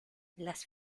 las